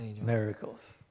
miracles